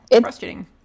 Frustrating